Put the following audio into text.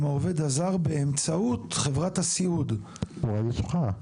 העובד הזר באמצעות חברת הסיעוד --- הוא הלשכה,